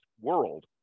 world